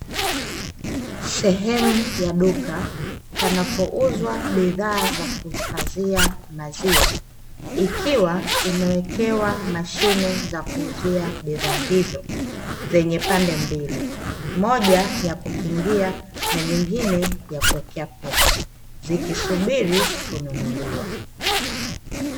Sehemu ya duka, panapouzwa bidhaa za kuhifadhia maziwa, ikiwa imewekewa mashine za kuuzia bidhaa hizo zenye pande mbili; moja ya kukingia na nyingine ya kuwekea pesa, zikisubiri kununuliwa.